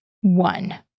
One